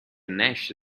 nash